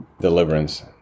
deliverance